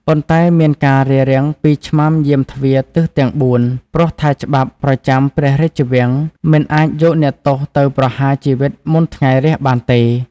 ប៉ុន្តែ មានការរារាំងពីឆ្មាំយាមទ្វារទិសទាំងបួន ព្រោះថាច្បាប់ប្រចាំព្រះរាជវាំងមិនអាចយកអ្នកទោសទៅប្រហារជីវិតមុនថ្ងៃរះបានទេ។